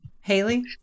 Haley